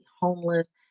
homeless